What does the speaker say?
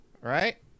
Right